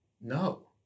No